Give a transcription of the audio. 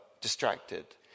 distracted